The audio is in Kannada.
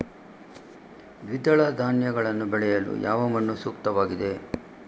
ದ್ವಿದಳ ಧಾನ್ಯಗಳನ್ನು ಬೆಳೆಯಲು ಯಾವ ಮಣ್ಣು ಸೂಕ್ತವಾಗಿದೆ?